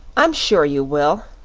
i'm sure you will,